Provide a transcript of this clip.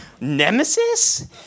Nemesis